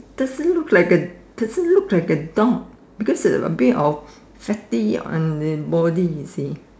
doesn't look like a doesn't look like a dog because of fatty on the body you see